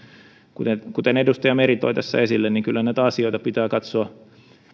kuten kuten edustaja meri toi tässä esille kyllä näitä asioita pitää katsoa